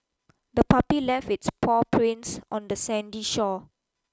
the puppy left its paw prints on the sandy shore